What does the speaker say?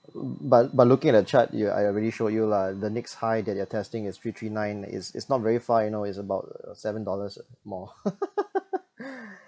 but but looking at the chart yeah I already show you lah the next high that they're testing is three three nine it's it's not very far you know it's about seven dollars more